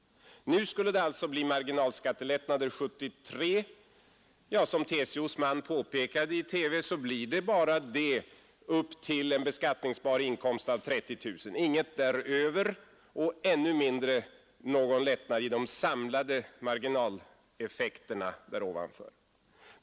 Nu skulle det alltså bli marginalskattelättnader 1973. Som TCO :s man påpekade i TV, blir det bara detta upp till en beskattningsbar inkomst av 30 000 kronor, ingenting därutöver och ännu mindre någon lättnad i de samlade marginaleffekterna där ovanför.